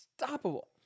unstoppable